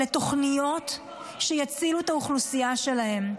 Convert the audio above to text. לתוכניות שיצילו את האוכלוסייה שלהם.